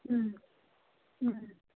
ಹ್ಞೂ ಹ್ಞೂ